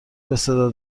بصدا